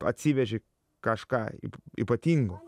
atsiveži kažką ypatingo